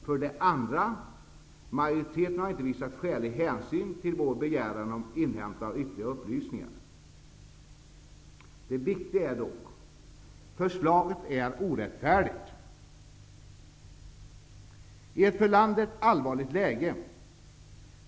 För det andra har inte majoriteten visat skälig hänsyn till vår begäran om inhämtande av ytterligare upplysningar. Det viktiga är dock att förslaget är orättfärdigt i ett för landet allvarligt läge.